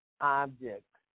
objects